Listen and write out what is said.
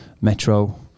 metro